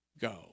go